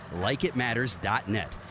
likeitmatters.net